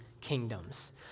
kingdoms